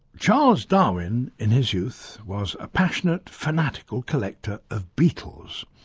charles darwin in his youth was a passionate, fanatical collector of beetles.